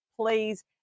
please